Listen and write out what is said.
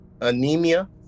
anemia